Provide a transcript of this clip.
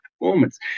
performance